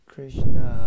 Krishna